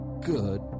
good